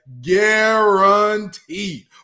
guaranteed